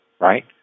right